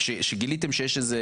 כשגיליתם שיש איזה